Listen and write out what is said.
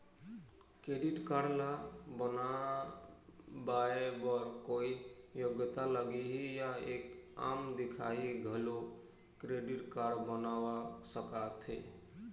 Credit card ला बनवाए बर कोई योग्यता लगही या एक आम दिखाही घलो क्रेडिट कारड बनवा सका थे?